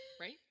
Right